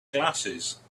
glasses